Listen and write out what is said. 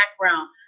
background